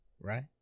Right